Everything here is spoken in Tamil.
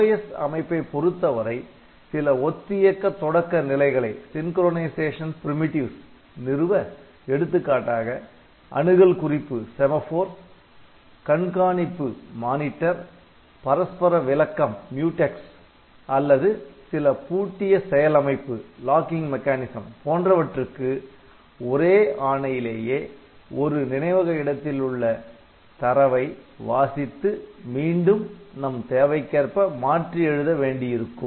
OS அமைப்பை பொறுத்தவரை சில ஒத்தியக்க தொடக்கநிலைகளை நிறுவ எடுத்துக்காட்டாக அணுகல் குறிப்பு கண்காணிப்பு பரஸ்பரவிலக்கம் அல்லது சில பூட்டிய செயல் அமைப்பு போன்றவற்றுக்கு ஒரே ஆணையிலேயே ஒரு நினைவக இடத்திலுள்ள தரவை வாசித்து மீண்டும் நம் தேவைக்கேற்ப மாற்றி எழுத வேண்டியிருக்கும்